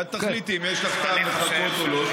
ואת תחליטי אם יש לך טעם לחכות או לא,